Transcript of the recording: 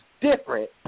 different